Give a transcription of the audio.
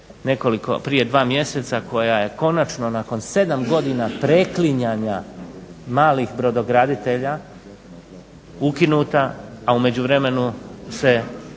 prije dva mjeseca, koja je konačno nakon 7 godina preklinjanja malih brodograditelja ukinuta, a u međuvremenu se računa